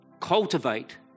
Cultivate